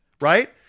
right